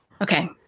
Okay